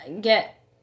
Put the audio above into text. get